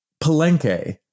Palenque